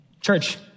Church